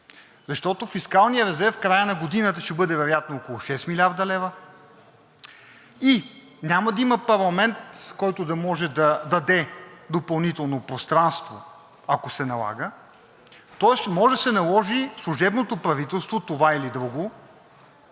Защото фискалният резерв в края на годината ще бъде вероятно около 6 млрд. лв. и няма да има парламент, който да може да даде допълнително пространство, ако се налага. Тоест може да се наложи служебното правителство – това или друго,